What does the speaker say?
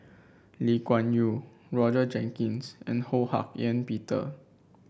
Lee Kuan Yew Roger Jenkins and Ho Hak Ean Peter